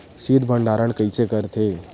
शीत भंडारण कइसे करथे?